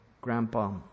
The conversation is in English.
Grandpa